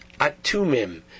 Atumim